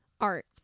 Art